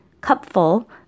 cupful